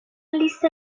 لیست